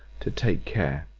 to take care,